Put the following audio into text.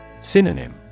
Synonym